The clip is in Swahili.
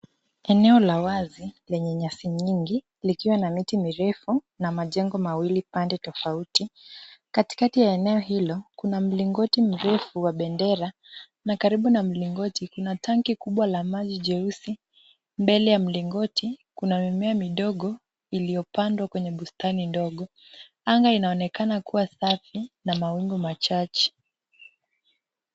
Eneo la wazi, lenye nyasi nyingi, likiwa na miti mirefu, na majengo mawili pande tofauti, katikati ya eneo hilo, kuna mlingoti mrefu wa bendera na karibu na mlingoti kuna tanki kubwa la maji jeusi, mbele ya mlingoti kuna mimea midogo, iliyopandwa kwenye bustani ndogo, anga inaonekana kuwa safi na mawingu machache.